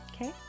Okay